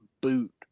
boot